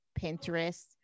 pinterest